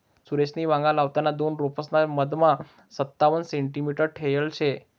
सुरेशनी वांगा लावताना दोन रोपेसना मधमा संतावण सेंटीमीटर ठेयल शे